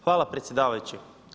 Hvala predsjedavajući.